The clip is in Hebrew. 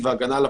מניעה.